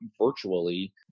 virtually